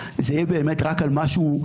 זה יהיה באמת רק על משהו,